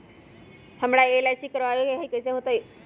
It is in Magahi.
हमरा एल.आई.सी करवावे के हई कैसे होतई?